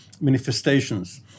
manifestations